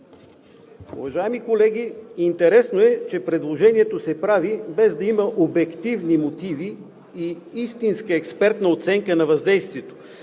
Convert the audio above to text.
Уважаеми колеги, интересно е, че предложението се прави без да има обективни мотиви и истинска експертна оценка на въздействието.